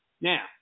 Now